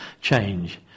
change